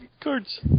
Cards